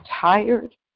tired